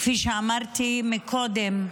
כפי שאמרתי מקודם,